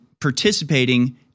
participating